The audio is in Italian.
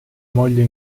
moglie